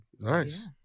nice